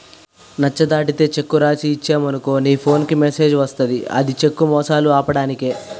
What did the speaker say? నచ్చ దాటితే చెక్కు రాసి ఇచ్చేవనుకో నీ ఫోన్ కి మెసేజ్ వస్తది ఇది చెక్కు మోసాలు ఆపడానికే